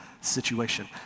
situation